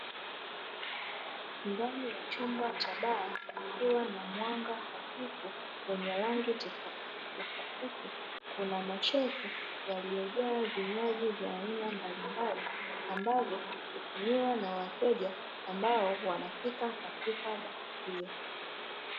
Ndani y chumba cha baa kukiwa na mwanga hafifu wenye rangi tofautitofauti, kuna mashelfu yaliyojaa vinywaji vya aina mbalimbali ambavyo hutumiwa na wateja, ambao wanafika katika eneo hilo.